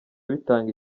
bitanga